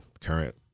current